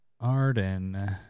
Arden